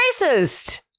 racist